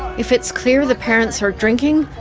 if it's clear the parents are drinking,